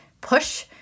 push